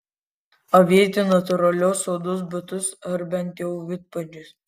avėti natūralios odos batus ar bent jau vidpadžius